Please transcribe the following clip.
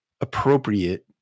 appropriate